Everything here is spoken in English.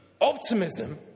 optimism